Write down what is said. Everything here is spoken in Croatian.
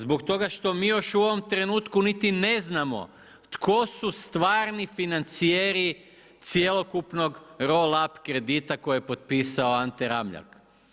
Zbog toga što mi još u ovom trenutku niti ne znamo tko su stvarni financijeri cjelokupnog roll up kredita koje je potpisao Ante Ramljak.